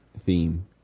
theme